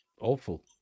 Awful